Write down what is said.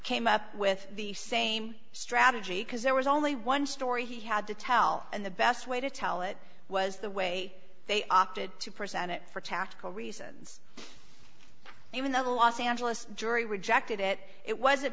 came up with the same strategy because there was only one story he had to tell and the best way to tell it was the way they opted to present it for tactical reasons even though the los angeles jury rejected it it wasn't